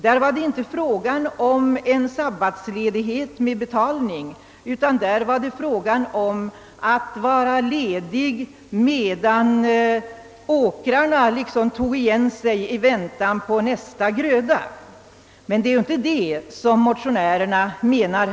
Där var det inte fråga om en sabbatsledighet med betalning, utan det var fråga om att vara ledig medan åkrarna tog igen sig i väntan på nästa sådd. Men det är ju inte det som motionärerna menar.